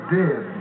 dead